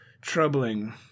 troubling